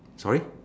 sorry